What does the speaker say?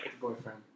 Boyfriend